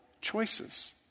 choices